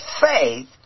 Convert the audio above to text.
faith